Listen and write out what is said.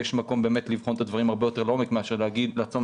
יש מקום לבחון את הדברים הרבה יותר לעומק מאשר להגיד לעצום